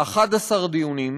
11 דיונים,